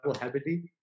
heavily